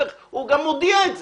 הוא גם מודיע את זה.